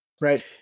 right